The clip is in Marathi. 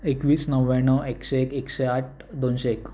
एकवीस नव्याण्णव एकशे एक एकशे आठ दोनशे एक